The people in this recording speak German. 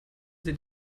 sie